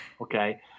Okay